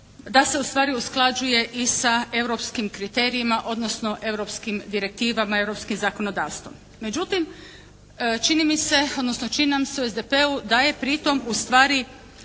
da se ustvari usklađuje i sa europskim kriterijima odnosno europskim direktivama, europskim zakonodavstvom. Međutim, čini mi se odnosno čini nam se u SDP-u da je pritom ustvari